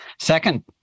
Second